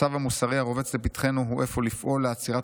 הצו המוסרי הרובץ לפתחנו הוא אפוא לפעול לעצירת